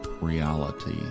reality